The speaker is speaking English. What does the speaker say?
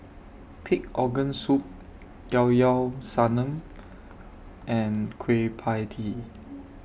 Pig Organ Soup Llao Llao Sanum and Kueh PIE Tee